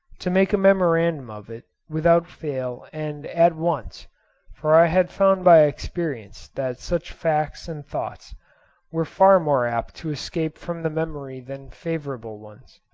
to make a memorandum of it without fail and at once for i had found by experience that such facts and thoughts were far more apt to escape from the memory than favourable ones.